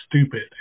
stupid